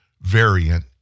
variant